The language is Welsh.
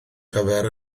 gyfer